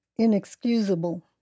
Inexcusable